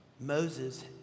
Moses